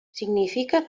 significa